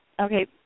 Okay